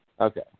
okay